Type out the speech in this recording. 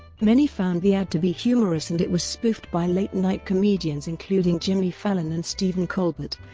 many found the ad to be humorous and it was spoofed by late-night comedians including jimmy fallon and stephen colbert,